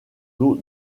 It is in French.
eaux